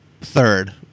third